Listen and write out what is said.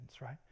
right